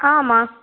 మా